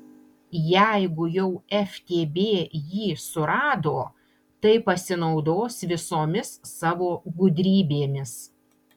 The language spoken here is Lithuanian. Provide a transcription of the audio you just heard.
jeigu jau ftb jį surado tai pasinaudos visomis savo gudrybėmis